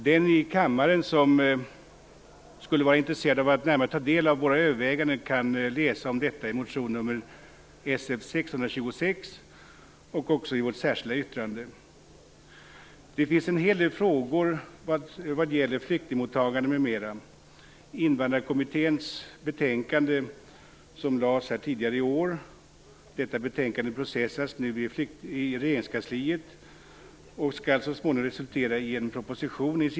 Den i kammaren som skulle vara intresserad av att närmare ta del av våra överväganden kan läsa om detta i motion Sf626 och även i vårt särskilda yttrande. Det finns här en hel del frågor vad gäller flyktingmottagande m.m. Invandrarkommitténs betänkande som lades fram tidigare i år behandlas nu i regeringskansliet och skall i sinom tid resultera i en proposition.